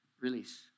release